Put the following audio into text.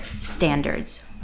standards